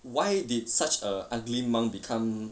why did such a ugly monk become